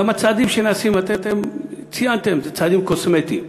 גם הצעדים שנעשים, אתם ציינתם, זה צעדים קוסמטיים.